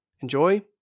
enjoy